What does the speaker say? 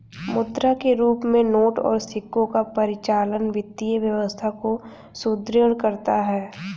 मुद्रा के रूप में नोट और सिक्कों का परिचालन वित्तीय व्यवस्था को सुदृढ़ करता है